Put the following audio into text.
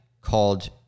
called